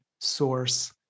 source